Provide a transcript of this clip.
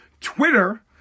Twitter